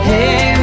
Hey